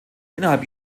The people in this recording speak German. innerhalb